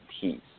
peace